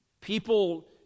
People